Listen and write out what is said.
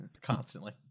Constantly